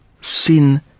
sin